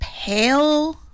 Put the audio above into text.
pale